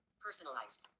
Personalized